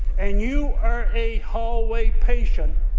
and you are a hallway patient,